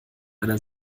einer